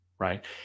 Right